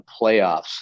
playoffs